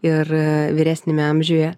ir vyresniame amžiuje